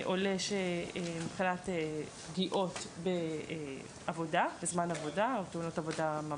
עולה שהוא קלט פגיעות בזמן עבודה או תאונות עבודה,